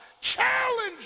challenge